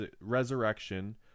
resurrection